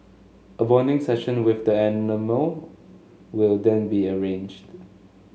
a bonding session with the animal will then be arranged